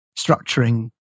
structuring